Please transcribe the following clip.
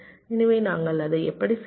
எனவே நாங்கள் அதை எப்படி செய்வது